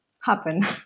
happen